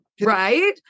Right